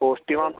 പോസിറ്റീവാണ്